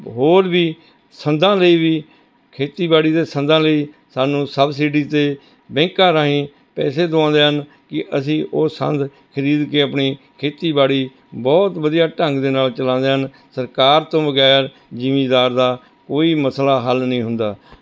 ਹੋਰ ਵੀ ਸੰਦਾਂ ਲਈ ਵੀ ਖੇਤੀਬਾੜੀ ਦੇ ਸੰਦਾਂ ਲਈ ਸਾਨੂੰ ਸਬਸਿਡੀ ਅਤੇ ਬੈਂਕਾਂ ਰਾਹੀਂ ਪੈਸੇ ਦਵਾਉਂਦੇ ਹਨ ਕਿ ਅਸੀਂ ਉਹ ਸੰਦ ਖਰੀਦ ਕੇ ਆਪਣੀ ਖੇਤੀਬਾੜੀ ਬਹੁਤ ਵਧੀਆ ਢੰਗ ਦੇ ਨਾਲ ਚਲਾਉਂਦੇ ਹਨ ਸਰਕਾਰ ਤੋਂ ਬਗੈਰ ਜਿੰਮੀਦਾਰ ਦਾ ਕੋਈ ਮਸਲਾ ਹੱਲ ਨਹੀਂ ਹੁੰਦਾ